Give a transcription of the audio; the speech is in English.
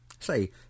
say